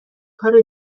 کار